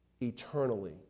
eternally